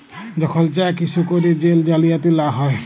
যখল check issue ক্যইরে jail জালিয়াতি লা হ্যয়